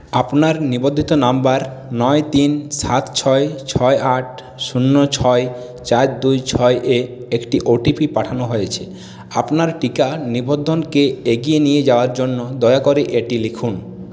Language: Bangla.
আপনার নিবন্ধিত নম্বর নয় তিন সাত ছয় ছয় আট শূন্য ছয় চার দুই ছয়ে একটি ওটিপি পাঠানো হয়েছে আপনার টিকা নিবন্ধন কে এগিয়ে নিয়ে যাওয়ার জন্য দয়া করে এটি লিখুন